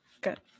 good